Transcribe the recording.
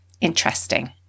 interesting